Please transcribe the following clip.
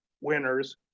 winners